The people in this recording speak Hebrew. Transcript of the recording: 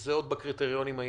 זה עוד בקריטריונים הישנים,